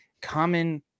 common